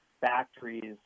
factories